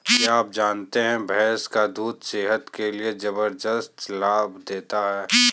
क्या आप जानते है भैंस का दूध सेहत के लिए जबरदस्त लाभ देता है?